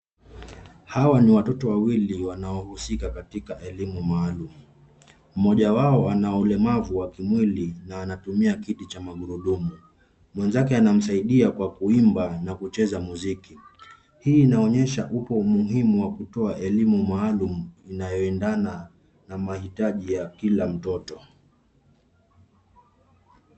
Hawa ni watoto wawili wanaohusika katika elimu maalum. Mmoja wao ana ulemavu wa kimwili na anatumia kiti cha magurudumu. Mwenzake anamsaidia kwa kuimba na kucheza muziki. Hii inaonyesha upo umuhimu wa kutoa elimu maalum inayoendana na mahitaji ya kila mtoto.